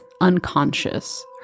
unconscious